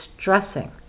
stressing